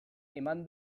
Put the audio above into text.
eman